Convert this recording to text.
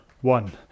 one